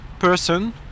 person